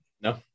No